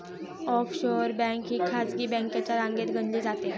offshore bank ही खासगी बँकांच्या रांगेत गणली जाते